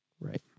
right